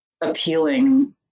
appealing